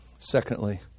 Secondly